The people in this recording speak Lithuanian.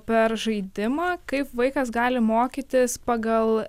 per žaidimą kaip vaikas gali mokytis pagal